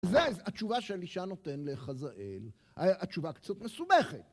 זה התשובה שאלישע נותן לחזאל. התשובה קצת מסובכת...